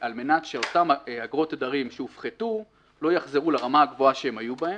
על מנת שאותן אגרות תדרים שהופחתו לא יחזרו לרמה הגבוהה שהם היו בהם.